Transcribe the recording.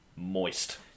Moist